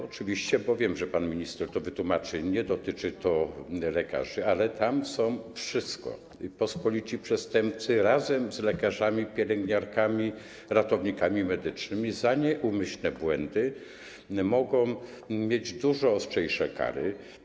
Oczywiście, bo wiem, że pan minister wytłumaczy, nie dotyczy to lekarzy, ale tam jest wszystko: pospolici przestępcy razem z lekarzami, pielęgniarkami, ratownikami medycznymi - oni za nieumyślne błędy mogą mieć dużo ostrzejsze kary.